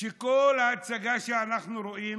שכל ההצגה שאנחנו רואים